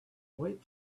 wait